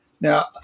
Now